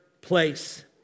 place